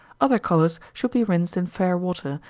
other colors should be rinsed in fair water,